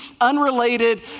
unrelated